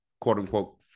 quote-unquote